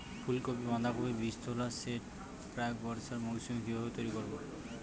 ফুলকপি বাধাকপির বীজতলার সেট প্রাক বর্ষার মৌসুমে কিভাবে তৈরি করব?